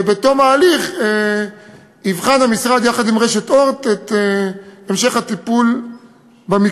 ובתום ההליך יבחן המשרד יחד עם רשת "אורט" את המשך הטיפול במקרה.